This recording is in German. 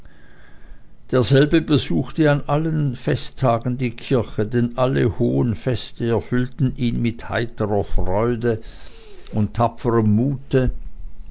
derselbe besuchte an allen festtagen die kirche denn alle hohen feste erfüllten ihn mit heiterer freude und tapferm mute